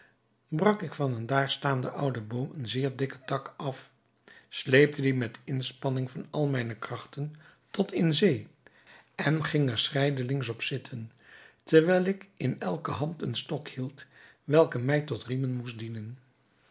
brak ik van een daar staanden ouden boom een zeer dikken tak af sleepte dien met inspanning van al mijne krachten tot in zee en ging er schrijdelings op zitten terwijl ik in elke hand een stok hield welke mij tot riemen moesten dienen